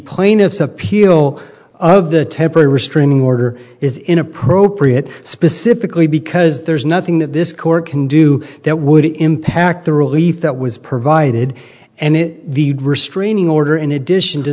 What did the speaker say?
plaintiff's appeal of the temporary restraining order is inappropriate specifically because there's nothing that this court can do that would impact the relief that was provided and it the restraining order in addition